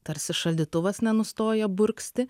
tarsi šaldytuvas nenustojo burgzti